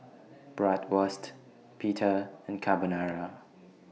Bratwurst Pita and Carbonara